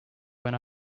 when